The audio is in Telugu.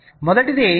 కాబట్టి మొదటిది j 0